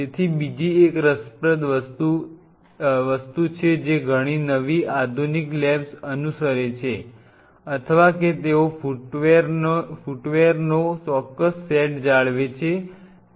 તેથી બીજી એક રસપ્રદ વસ્તુ છે જે ઘણી નવી આધુનિક લેબ્સ અનુસરે છે અથવા કે તેઓ ફૂટવેરનો ચોક્કસ સેટ જાળવે છે